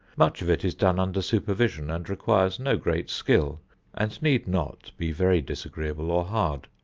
much of it is done under supervision and requires no great skill and need not be very disagreeable or hard.